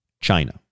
China